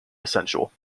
essential